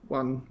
one